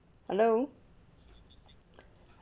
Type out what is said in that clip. hello